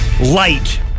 light